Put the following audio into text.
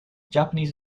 japanese